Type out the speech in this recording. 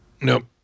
Nope